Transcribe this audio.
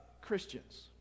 Christians